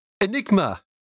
Enigma